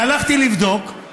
והלכתי לבדוק, ואמרתי: